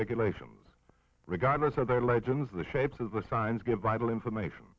regulations regardless of their legends the shapes of the signs give vital information